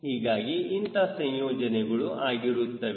ಹೀಗಾಗಿ ಇಂಥ ಸಂಯೋಜನೆಗಳು ಆಗುತ್ತಿರುತ್ತವೆ